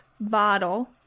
bottle